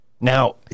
Now